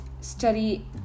study